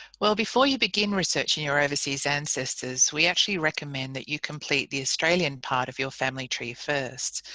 well, before you begin researching your overseas ancestors, we actually recommend that you complete the australian part of your family tree first.